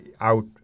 out